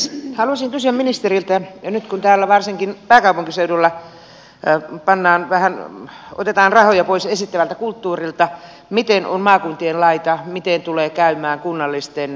haluaisin kysyä ministeriltä nyt kun täällä varsinkin pääkaupunkiseudulla otetaan rahoja pois esittävältä kulttuurilta miten on maakuntien laita miten tulee käymään kunnallisten teattereiden